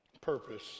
purpose